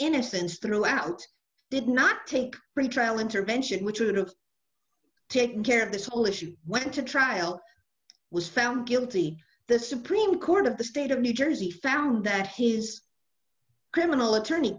innocence throughout did not take pretrial intervention which would have taken care of this whole issue went to trial was found guilty the supreme court of the state of new jersey found that his criminal attorney